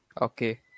Okay